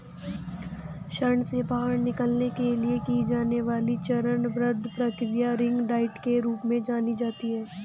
ऋण से बाहर निकलने के लिए की जाने वाली चरणबद्ध प्रक्रिया रिंग डाइट के रूप में जानी जाती है